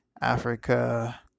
Africa